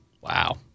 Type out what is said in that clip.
Wow